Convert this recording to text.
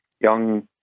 young